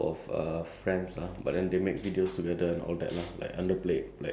then there's this like one of my favorite um like YouTuber